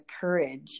courage